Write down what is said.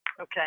Okay